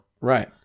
Right